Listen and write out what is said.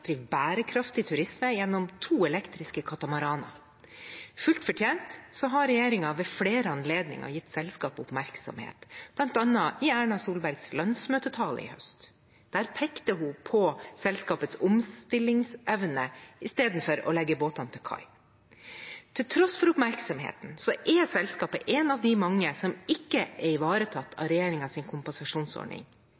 bærekraftig turisme gjennom to elektriske katamaraner. Fullt fortjent har regjeringen ved flere anledninger gitt selskapet oppmerksomhet, bl.a. i Erna Solbergs landsmøtetale i høst. Der pekte hun på selskapets omstillingsevne istedenfor å legge båtene til kai. Til tross for oppmerksomheten er selskapet en av de mange som ikke er ivaretatt